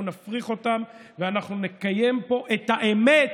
אנחנו נפריך אותם, ואנחנו נקיים פה את האמת,